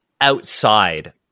outside